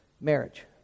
marriage